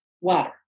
water